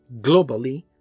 globally